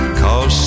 cause